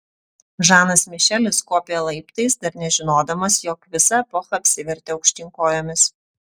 žanas mišelis kopė laiptais dar nežinodamas jog visa epocha apsivertė aukštyn kojomis